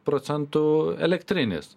procentų elektrinis